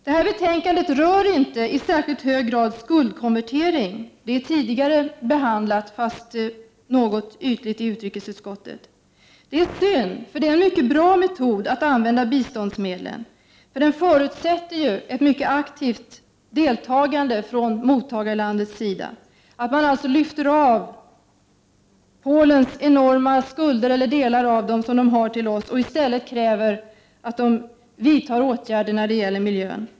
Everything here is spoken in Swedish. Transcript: Det betänkande vi nu behandlar rör inte i särskilt hög grad frågan om skuldkonvertering. Denna fråga har tidigare behandlats i utrikesutskottet, men behandlingen var då något ytlig. Det är synd, eftersom detta är ett mycket bra sätt att använda biståndsmedel genom att det förutsätter ett mycket aktivt deltagande från mottagarlandets sida. Vi lyfter alltså av delar av Polens enorma skulder till oss och kräver i stället att man där vidtar åtgärder när det gäller miljön.